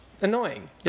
Annoying